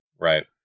Right